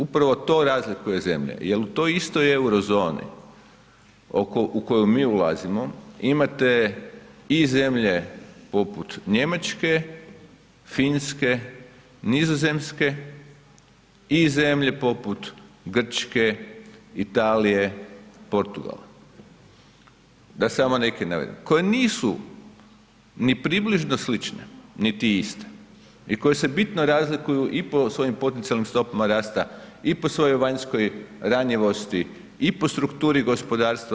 Upravo to razlikuje zemlje jer u toj istoj euro-zoni u koju mi ulazimo imate i zemlje poput Njemačke, Finske, Nizozemske i zemlje poput Grčke, Italije, Portugala da samo neke naveden koje nisu ni približno slične niti iste i koje se bitno razlikuju i po svojim potencijalnim stopama rasta, i po svojoj vanjskoj ranjivosti, i po strukturi gospodarstva.